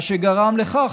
מה שגרם לכך,